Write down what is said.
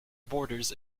borders